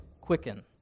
quicken